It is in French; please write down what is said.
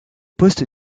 poste